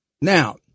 Now